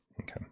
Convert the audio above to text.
Okay